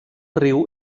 riu